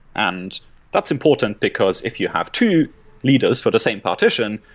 and that's important, because if you have two leaders for the same partition,